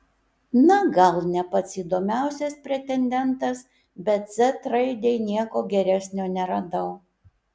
na gal ne pats įdomiausias pretendentas bet z raidei nieko geresnio neradau